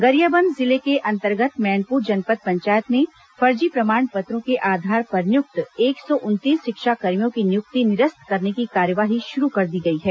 गरियाबंद जिले के अंतर्गत मैनपुर जनपद पंचायत में फर्जी प्रमाण पत्रों के आधार पर नियुक्त एक सौ उनतीस शिक्षाकर्मियों की नियुक्ति निरस्त करने की कार्यवाही शुरू कर दी गई है